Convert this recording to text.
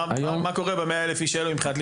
מה קורה איתם מבחינת לימודי עברית?